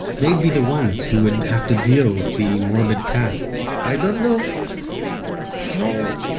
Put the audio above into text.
they'd be the ones who would have to deal with the morbid task. i don't know how